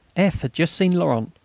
f. had just seen laurent,